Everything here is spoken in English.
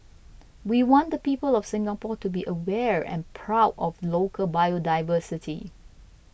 we want the people of Singapore to be aware and proud of local biodiversity